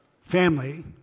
family